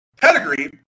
pedigree